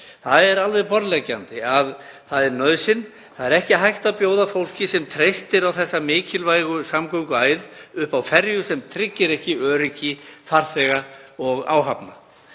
Það er alveg borðleggjandi að það er nauðsyn. Það er ekki hægt að bjóða fólki, sem treystir á þessa mikilvægu samgönguæð, upp á ferju sem ekki tryggir öryggi farþega og áhafnar.